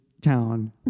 town